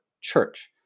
church